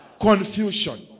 confusion